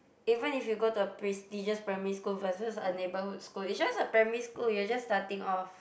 even if you go to a prestigious primary school versus a neighborhood school it's just a primary school you're just starting off